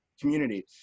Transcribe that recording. community